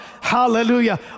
Hallelujah